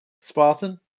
spartan